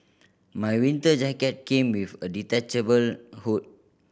my winter jacket came with a detachable hood